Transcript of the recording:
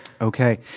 Okay